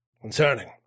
concerning